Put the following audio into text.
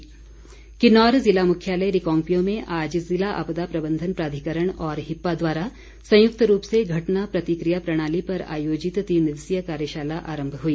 आपदा प्रबंधन किन्नौर ज़िला मुख्यालय रिकांगपिओ में आज ज़िला आपदा प्रबंधन प्राधिकरण और हिप्पा द्वारा संयुक्त रूप से घटना प्रतिक्रिया प्रणाली पर आयोजित तीन दिवसीय कार्यशाला आरम्भ हई